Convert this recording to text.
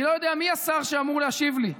אני לא יודע מי השר שאמור להשיב לי.